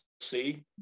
see